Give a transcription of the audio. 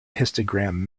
histogram